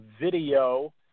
video